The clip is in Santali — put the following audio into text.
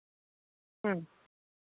ᱦᱳᱭ